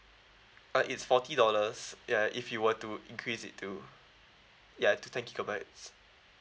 uh it's forty dollars ya if you were to increase it to ya to ten gigabytes